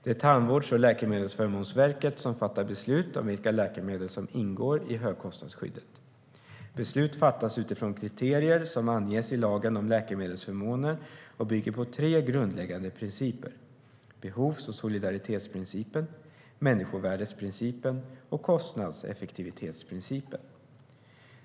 Det är Tandvårds och läkemedelsförmånsverket som fattar beslut om vilka läkemedel som ska ingå i högkostnadsskyddet. Beslut fattas utifrån kriterier som anges i lagen om läkemedelsförmåner och bygger på tre grundläggande principer: behovs och solidaritetsprincipen, människovärdesprincipen och kostnadseffektivitetsprincipen.